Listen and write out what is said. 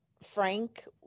Frank